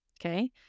okay